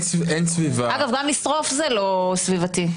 אגב, גם לשרוף זה לא סביבתי.